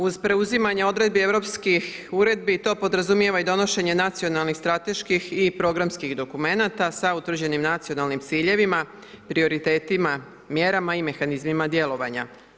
Uz preuzimanje odredbi europskih uredbi to podrazumijeva i donošenje nacionalnih strateških i programskih dokumenata sa utvrđenim nacionalnim ciljevima, prioritetima, mjerama i mehanizmima djelovanja.